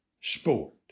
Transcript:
sport